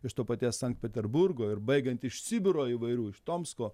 iš to paties sankt peterburgo ir baigiant iš sibiro įvairių iš tomsko